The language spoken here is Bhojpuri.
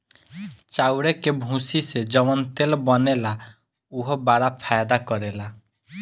चाउरे के भूसी से जवन तेल बनेला उहो बड़ा फायदा करेला